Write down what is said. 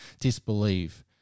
disbelieve